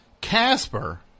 Casper